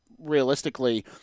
realistically